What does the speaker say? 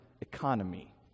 economy